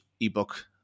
ebook